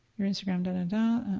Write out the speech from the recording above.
your instagram, da and and da